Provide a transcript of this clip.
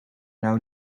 nou